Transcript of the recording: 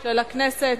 של הכנסת.